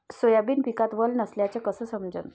Soybean पिकात वल नसल्याचं कस समजन?